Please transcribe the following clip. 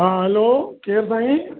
हा हल्लो केरु साईं